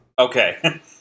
okay